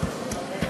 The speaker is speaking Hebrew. עושה.